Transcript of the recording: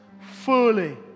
fully